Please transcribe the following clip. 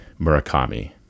murakami